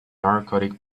narcotic